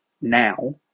now